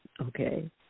okay